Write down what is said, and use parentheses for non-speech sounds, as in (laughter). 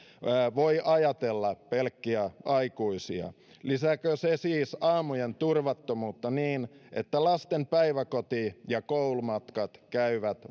voi ajatella pelkkiä aikuisia lisääkö se siis aamujen turvattomuutta niin että lasten päiväkoti ja koulumatkat käyvät (unintelligible)